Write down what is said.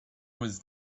was